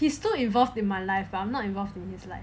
he's still involved in my life I'm not involved in his life